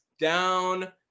Down